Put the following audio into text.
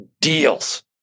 deals